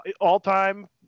All-time